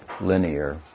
linear